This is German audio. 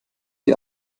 die